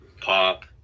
pop